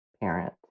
parent